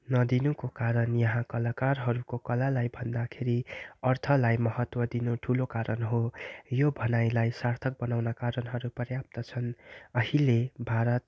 नदिनुको कारण यहाँ कलाकारहरूको कलालाई भन्दाखेरि अर्थलाई महत्त्व दिनु ठुलो कारण हो यो भनाइलाई सार्थक बनाउन कारणहरू पर्याप्त छन् अहिले भारत